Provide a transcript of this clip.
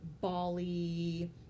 Bali